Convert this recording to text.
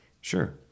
Sure